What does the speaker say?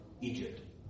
Egypt